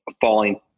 falling